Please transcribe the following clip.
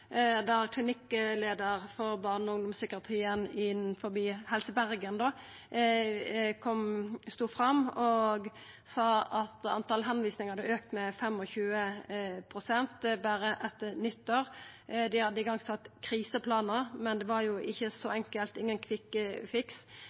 der klinikkleiaren for barne- og ungdomspsykiatrien i Helse Bergen stod fram og sa at talet på tilvisingar hadde auka med 25 pst. berre etter nyttår. Dei hadde sett i gang kriseplanar, men det var ikkje så